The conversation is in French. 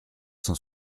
cent